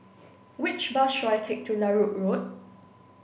which bus should I take to Larut Road